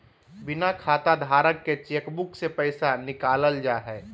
बिना खाताधारक के चेकबुक से पैसा निकालल जा हइ